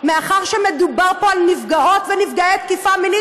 מאחר שמדובר פה על נפגעות ונפגעי תקיפה מינית